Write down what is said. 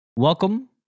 Welcome